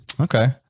Okay